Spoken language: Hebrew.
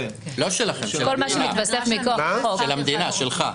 של המדינה, שלך.